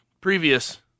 previous